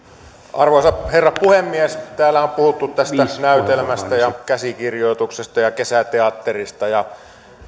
arvoisa herra puhemies täällä on puhuttu tästä näytelmästä ja käsikirjoituksesta ja kesäteatterista